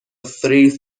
three